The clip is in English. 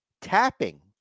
tapping